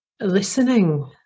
Listening